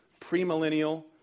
premillennial